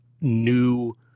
new